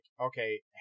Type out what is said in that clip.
okay